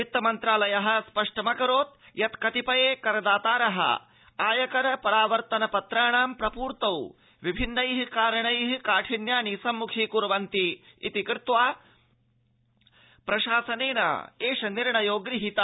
वित्त मन्त्रालयः स्पष्टमकरोत् यत् कतिपये कर दातारः आयकर परावृत्ति पत्राणां प्रपूर्तों विभिन्नैः कारणैः काठिन्यानि संमुखीकुर्वाणाः सन्तीति वृत्तमनुसृत्य प्रशासनेन एष निर्णयो गृहीतः